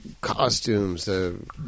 costumes